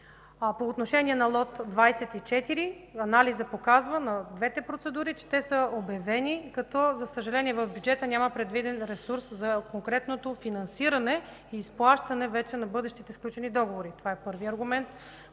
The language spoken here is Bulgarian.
По отношение на лот 24 анализът на двете процедури показва, че те са обявени като, за съжаление, в бюджета няма предвиден ресурс за конкретното финансиране и изплащане вече на бъдещите сключени договори. Това е първият аргумент,